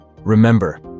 Remember